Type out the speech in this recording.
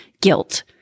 guilt